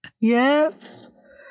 yes